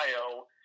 Ohio